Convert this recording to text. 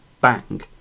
bang